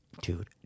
dude